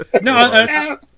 No